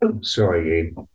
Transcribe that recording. Sorry